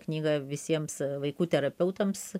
knygą visiems vaikų terapeutams